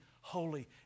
holy